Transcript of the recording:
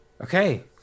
Okay